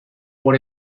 por